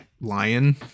lion